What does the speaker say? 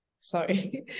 Sorry